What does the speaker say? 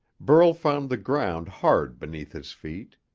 burl found the ground hard beneath his feet.